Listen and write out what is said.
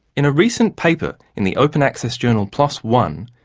in a recent paper in the open access journal plos one,